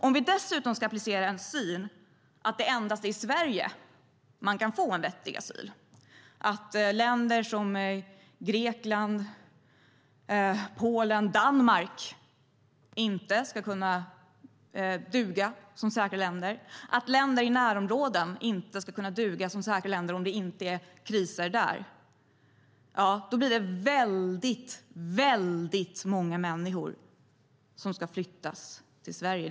Om vi dessutom ska applicera en syn att det är endast i Sverige man kan få en vettig asyl, att länder som Grekland, Polen och Danmark inte ska duga som säkra länder, att länder i närområden inte ska duga som säkra länder om det inte är kriser där, blir det väldigt många människor som ska flyttas till Sverige.